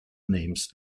names